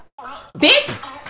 Bitch